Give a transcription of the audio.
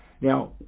Now